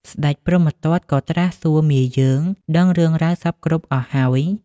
ស្តេចព្រហ្មទត្តក៏ត្រាស់សួរមាយើងដឹងរឿងរ៉ាវសព្វគ្រប់អស់ហើយ។